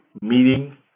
meeting